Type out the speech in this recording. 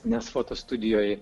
nes fotostudijoje